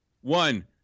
One